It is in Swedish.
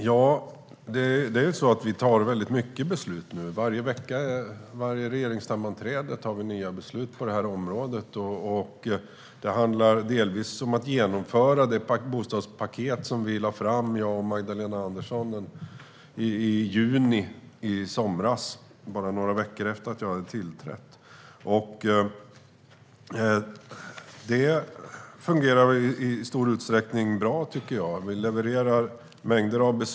Fru talman! Vi fattar väldigt många beslut nu. Vid varje regeringssammanträde varje vecka fattar vi nya beslut på det här området. Det handlar delvis om att genomföra det bostadspaket som jag och Magdalena Andersson lade fram i juni i somras, bara några veckor efter det att jag hade tillträtt. Det fungerar i stor utsträckning bra, tycker jag. Vi levererar mängder av beslut.